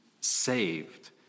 saved